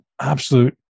absolute